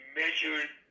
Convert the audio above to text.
measured